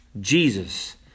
Jesus